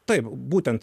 taip būtent